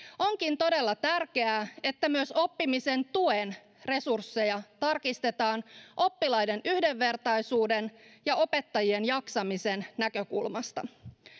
onkin todella tärkeää että myös oppimisen tuen resursseja tarkistetaan oppilaiden yhdenvertaisuuden ja opettajien jaksamisen näkökulmasta